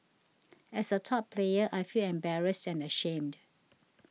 as a top player I feel embarrassed and ashamed